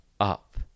up